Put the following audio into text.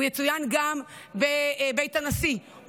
הוא יצוין גם בבית הנשיא,